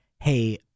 hey